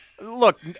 Look